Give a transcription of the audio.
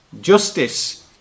justice